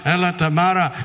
Elatamara